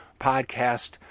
podcast